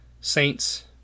Saints